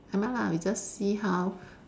never mind lah we just see how